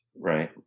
Right